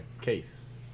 case